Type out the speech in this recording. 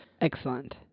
Excellent